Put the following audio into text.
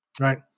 right